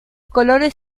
colores